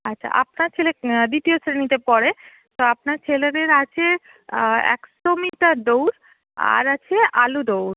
আচ্ছা আপনার ছেলে দ্বিতীয় শ্রেণিতে পড়ে তো আপনার ছেলেদের আছে একশো মিটার দৌড় আর আছে আলু দৌড়